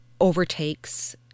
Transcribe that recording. overtakes